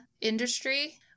industry